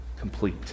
complete